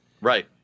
right